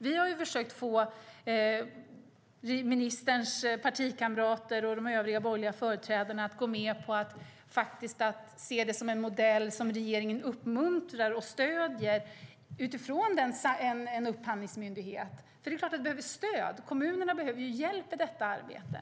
Vi har försökt få ministerns partikamrater och de övriga borgerliga företrädarna att gå med på att se det som en modell som regeringen uppmuntrar och stöder utifrån en upphandlingsmyndighet. Det är klart att det behövs stöd. Kommunerna behöver hjälp i detta arbete.